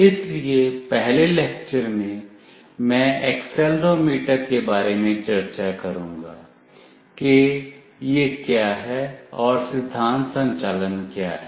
इसलिए पहले लेक्चर में मैं एक्सेलेरोमीटर के बारे में चर्चा करूंगा कि यह क्या है और सिद्धांत संचालन क्या है